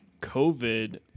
covid